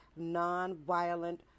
nonviolent